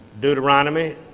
Deuteronomy